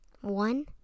one